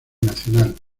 nacional